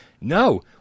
no